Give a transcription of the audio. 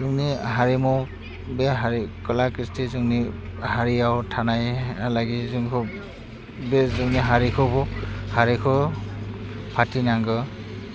जोंनि हारमु बे हारिमुखौला खौसेथि जोंनि हारियाव थानाय लागै जोंखौ बे जोंनि हारिखौ हारिखौ फाथिनांगो